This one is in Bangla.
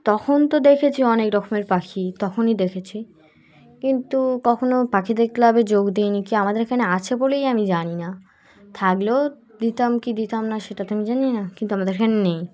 তখন তো দেখেছি অনেক রকমের পাখি তখনই দেখেছি কিন্তু কখনো পাখিদের ক্লাবে যোগ দিই নি কি আমাদের এখানে আছে বলেই আমি জানি না থাকলেও দিতাম কি দিতাম না সেটা তো আমি জানি না কিন্তু আমাদের এখানে নেই